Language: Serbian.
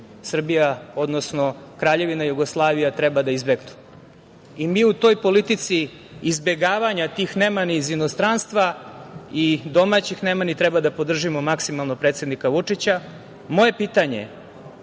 Srbija odnosno, Kraljevina Jugoslavija treba da izbegnu. Mi u toj politici izbegavanja tih nemani iz inostranstva i domaćih nemani treba da podržimo maksimalno predsednika Vučića. Moje pitanje je